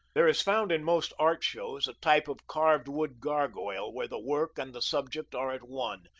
there is found in most art shows a type of carved wood gargoyle where the work and the subject are at one,